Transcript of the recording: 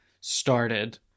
started